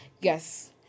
Yes